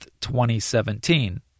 2017